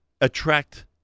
attract